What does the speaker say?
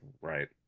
Right